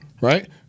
right